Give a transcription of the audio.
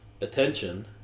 attention